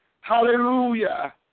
Hallelujah